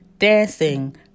dancing